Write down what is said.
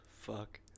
fuck